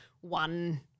one –